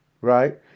right